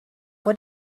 what